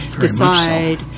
decide